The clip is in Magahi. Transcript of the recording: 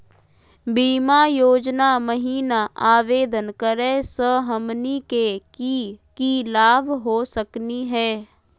बीमा योजना महिना आवेदन करै स हमनी के की की लाभ हो सकनी हे?